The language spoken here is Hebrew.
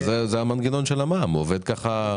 אבל זה המנגנון של המע"מ, הוא עובד ככה.